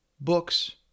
books